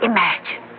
Imagine